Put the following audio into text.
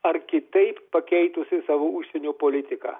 ar kitaip pakeitusi savo užsienio politiką